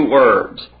words